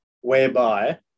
whereby